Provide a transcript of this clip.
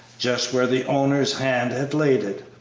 just where the owner's hand had laid it.